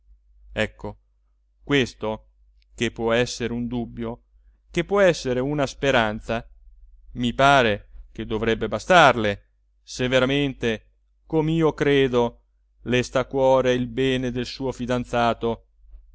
ecco questo che può essere un dubbio che può essere una speranza mi pare che dovrebbe bastarle se veramente com'io credo le sta a cuore il bene del suo fidanzato